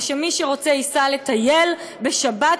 ושמי שרוצה ייסע לטייל בשבת,